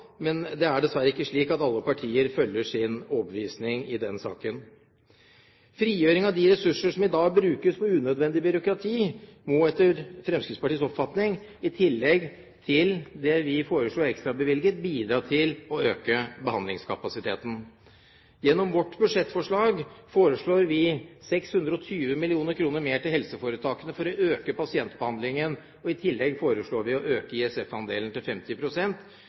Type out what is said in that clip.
Men det er dessverre ikke slik at alle partier følger sin overbevisning i den saken. Frigjøring av de ressursene som i dag brukes på unødvendig byråkrati, må etter Fremskrittspartiets oppfatning, i tillegg til det vi foreslår ekstrabevilget, bidra til å øke behandlingskapasiteten. Gjennom vårt budsjettforslag bidrar vi med 620 mill. kr mer til helseforetakene for å øke pasientbehandlingen. I tillegg foreslår vi å øke ISF-andelen til